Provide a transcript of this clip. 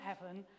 heaven